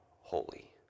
holy